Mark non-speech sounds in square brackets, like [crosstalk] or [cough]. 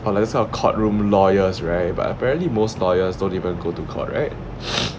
orh like those kind of courtroom lawyers right but apparently most lawyers don't even go to court right [breath]